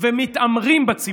ומתעמרים בציבור.